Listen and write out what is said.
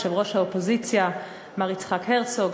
יושב-ראש האופוזיציה מר יצחק הרצוג,